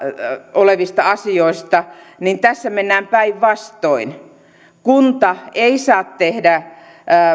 olevista asioista niin tässä mennään päinvastoin kunta ei saa tehdä